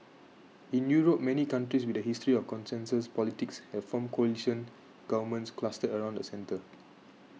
in Europe many countries with a history of consensus politics have formed coalition governments clustered around the centre